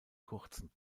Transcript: kurzen